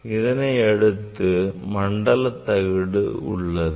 இதனை அடுத்து மண்டல தகடு உள்ளது